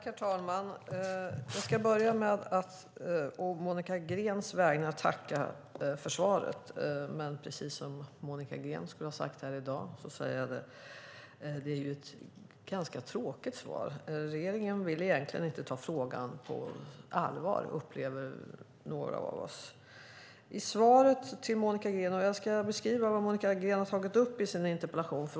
Herr talman! Jag ska börja med att å Monica Greens vägnar tacka för svaret, men precis som Monica Green skulle ha sagt här i dag är det ett ganska tråkigt svar. Regeringen vill egentligen inte ta frågan på allvar, upplever några av oss. Jag ska beskriva vad Monica Green har tagit upp i sin interpellation.